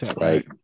right